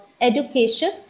education